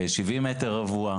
70 מ"ר,